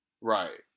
Right